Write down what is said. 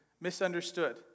misunderstood